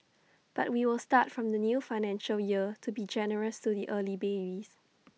but we will start from the new financial year to be generous to the early babies